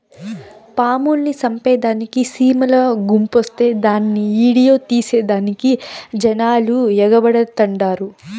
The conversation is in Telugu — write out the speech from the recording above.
పాముల్ని సంపేదానికి సీమల గుంపొస్తే దాన్ని ఈడియో తీసేదానికి జనాలు ఎగబడతండారు